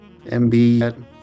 MB